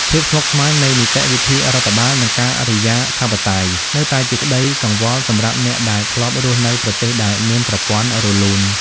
ភាពស្មុគស្មាញនៃនីតិវិធីរដ្ឋបាល និងការិយាធិបតេយ្យ នៅតែជាក្ដីកង្វល់សម្រាប់អ្នកដែលធ្លាប់រស់នៅប្រទេសដែលមានប្រព័ន្ធរលូន។